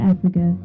Africa